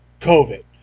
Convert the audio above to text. COVID